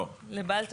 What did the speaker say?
לא, לבעל תשתית,